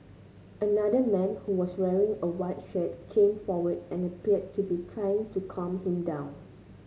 another man who was wearing a white shirt came forward and appeared to be trying to calm him down